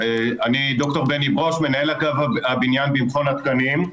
אני ד"ר בני ברוש, מנהל אגף הבניין במכון התקנים.